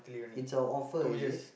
it's a offer is it